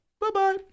Bye-bye